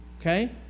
okay